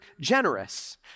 generous